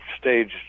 stage